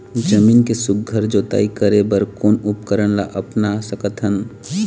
जमीन के सुघ्घर जोताई करे बर कोन उपकरण ला अपना सकथन?